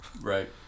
Right